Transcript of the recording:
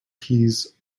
keys